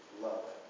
love